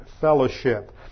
fellowship